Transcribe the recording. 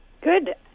Good